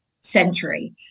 century